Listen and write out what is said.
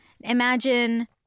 imagine